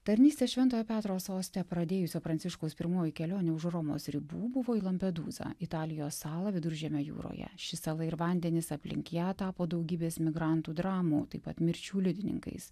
tarnystę šventojo petro soste pradėjusio pranciškaus pirmoji kelionė už romos ribų buvo į lampedūzą italijos salą viduržemio jūroje ši sala ir vandenys aplink ją tapo daugybės migrantų dramų taip pat mirčių liudininkais